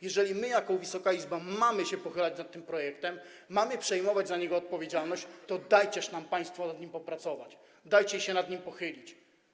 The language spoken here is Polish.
Jeżeli my, jako Wysoka Izba, mamy się pochylać nad tym projektem, mamy przejmować za niego odpowiedzialność, to dajcie nam państwo nad nim popracować, dajcie się nad nim pochylić.